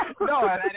No